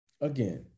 again